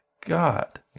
God